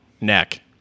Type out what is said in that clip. Neck